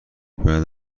بعد